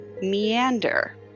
meander